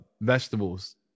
vegetables